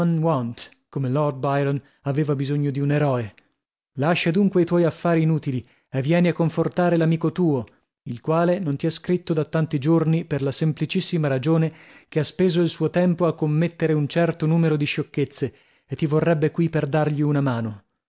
come lord byron aveva bisogno di un eroe lascia dunque i tuoi affari inutili e vieni a confortare l'amico tuo il quale non ti ha scritto da tanti giorni per la semplicissima ragione che ha speso il suo tempo a commettere un certo numero di sciocchezze e ti vorrebbe qui per dargli una mano